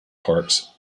parks